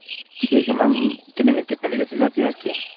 ٹھیک ہے ma'am clinic کتنے بجے کھل جاتی ہے آپ کی